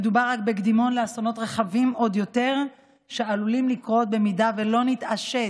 מדובר רק בקדימון לאסונות רחבים עוד יותר שעלולים לקרות אם לא נתעשת.